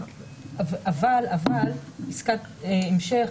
אבל עסקת המשך